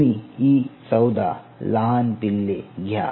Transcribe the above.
तुम्ही इ14 लहान पिल्ले घ्या